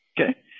Okay